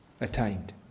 attained